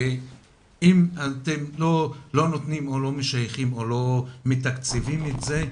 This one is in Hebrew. אם אתם לא נותנים או לא משייכים או לא מתקצבים את זה,